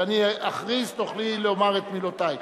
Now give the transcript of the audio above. כשאני אכריז תוכלי לומר את מילותייך.